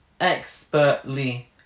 expertly